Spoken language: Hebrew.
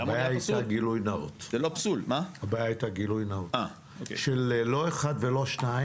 הבעיה הייתה גילוי נאות של לא אחד ולא שניים.